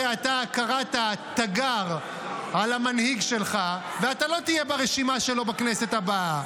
הרי אתה קראת תיגר על המנהיג שלך ואתה לא תהיה ברשימה שלו בכנסת הבאה.